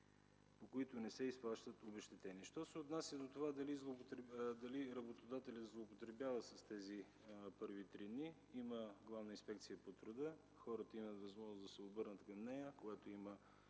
по които не се изплащат обезщетения. Що се отнася до това, дали работодателят злоупотребява с тези първи 3 дни, има Главна инспекция по труда. Хората имат възможност да се обърнат към нея, когато има